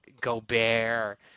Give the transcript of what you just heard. Gobert